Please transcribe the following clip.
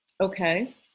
Okay